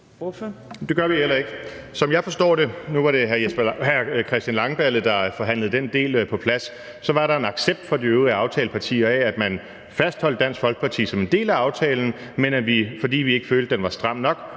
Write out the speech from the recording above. Det gør vi heller ikke. Nu var det hr. Christian Langballe, der forhandlede den del på plads, og så var der, som jeg forstår det, en accept fra de øvrige aftalepartier af, at man fastholdt Dansk Folkeparti som en del af aftalen, men at vi, fordi vi ikke følte den var stram nok,